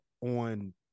on